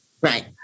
Right